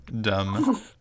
dumb